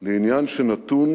לעניין שנתון